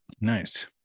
Nice